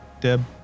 Deb